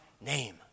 name